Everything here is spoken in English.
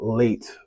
late